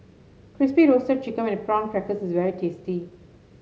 Crispy Roasted Chicken with Prawn Crackers is very tasty